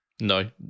No